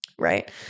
Right